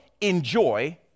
enjoy